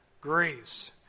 Greece